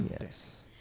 Yes